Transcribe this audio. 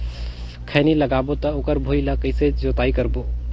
खैनी लगाबो ता ओकर भुईं ला कइसे जोताई करबो?